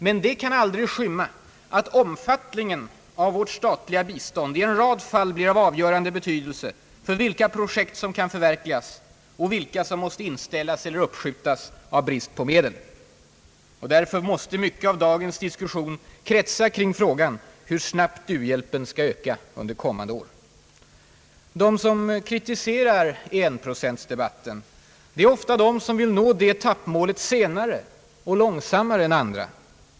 Men det kan aldrig skymma att omfattningen av vårt statliga bistånd i en rad fall blir av avgörande betydelse för vilka projekt som kan förverkligas och vilka som måste inställas eller uppskjutas av brist på medel. Därför måste mycket av dagens diskussion kretsa kring frågan hur snabbt u-hjälpen skall öka under kommande år. De som kritiserar enprocentdebatten är ofta de som vill nå detta etappmål senare och långsammare än andra.